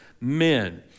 men